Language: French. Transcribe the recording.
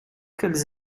qu’elles